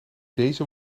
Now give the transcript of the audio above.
deze